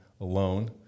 Alone